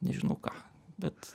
nežinau ką bet